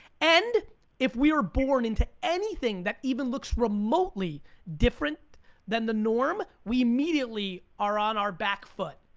and if we are born into anything that even looks remotely different than the norm, we immediately are on our back foot.